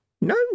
No